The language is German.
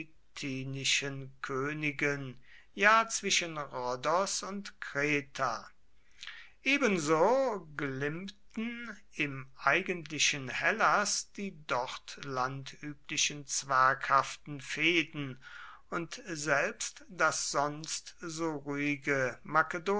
königen ja zwischen rhodos und kreta ebenso glimmten im eigentlichen hellas die dort landüblichen zwerghaften fehden und selbst das sonst so ruhige